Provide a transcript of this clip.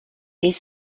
est